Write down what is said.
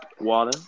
Water